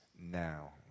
now